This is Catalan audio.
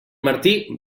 martí